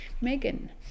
Megan